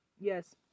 Yes